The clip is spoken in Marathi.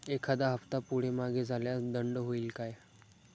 एखादा हफ्ता पुढे मागे झाल्यास दंड होईल काय?